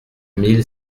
mille